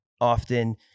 often